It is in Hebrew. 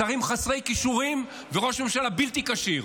שרים חסרי כישורים וראש ממשלה בלתי כשיר.